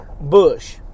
Bush